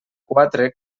quatre